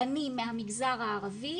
בנים מהמגזר הערבי,